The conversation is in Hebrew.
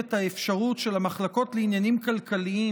את האפשרות של המחלקות לעניינים כלכליים,